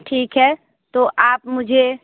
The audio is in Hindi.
ठीक है तो आप मुझे